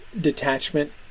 detachment